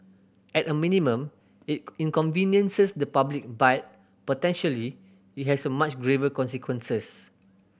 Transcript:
at a minimum it inconveniences the public but potentially it has so much graver consequences